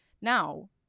Now